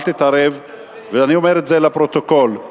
אל תתערב,